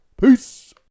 peace